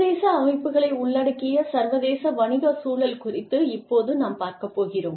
சர்வதேச அமைப்புகளை உள்ளடக்கிய சர்வதேச வணிக சூழல் குறித்து இப்போது நாம் பார்க்கப் போகிறோம்